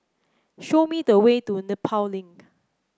show me the way to Nepal Link